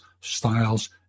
styles